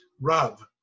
Rav